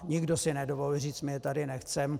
Nikdo si nedovolil říct my je tady nechceme.